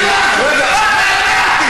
מה אתה יודע?